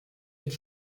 mit